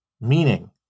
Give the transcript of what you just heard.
meaning